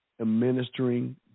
administering